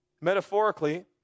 metaphorically